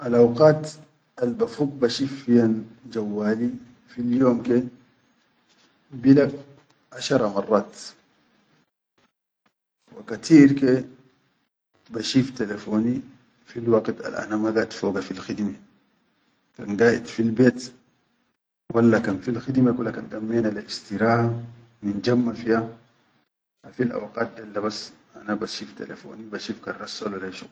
Al-awqaat al bafuk bashif fiyaa jawwali fil yom ke bilak ashara marrat, wa kateer ke bashif telefoni, fil waqit al ana ma gaid foga fil khidime, kan gaid fil bet walla kan fil khidime kula kan gammena le istiraha, nijjamma fiya fil waqit dabas bashif telefoni.